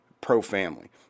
pro-family